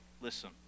Listen